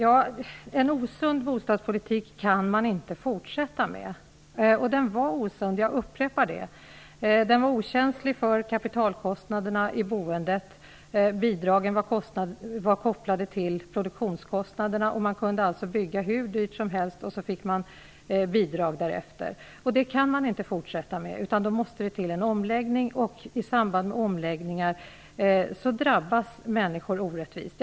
Herr talman! Man kan inte fortsätta med en osund bostadspolitik, och den var osund -- jag upprepar det. Den var okänslig för kapitalkostnaderna i boendet. Bidragen var kopplade till produktionskostnaderna. Man kunde alltså bygga hur dyrt som helst, och så fick man bidrag därefter. Detta kan man inte fortsätta med, utan det måste till en omläggning. I samband med omläggningar drabbas människor orättvist.